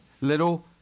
little